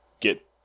get